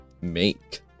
make